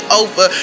over